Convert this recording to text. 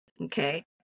Okay